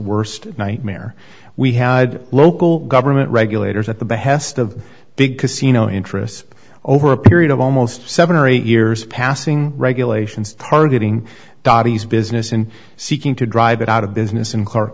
worst nightmare we had local government regulators at the behest of big casino interests over a period of almost seven or eight years passing regulations targeting daddy's business and seeking to drive it out of business in c